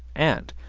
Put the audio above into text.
and,